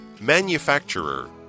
Manufacturer